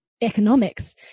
economics